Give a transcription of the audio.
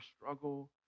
struggle